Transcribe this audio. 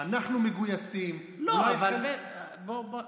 אנחנו מגויסים, לא, אבל אני מתכוון,